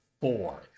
four